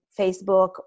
Facebook